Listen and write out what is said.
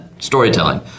storytelling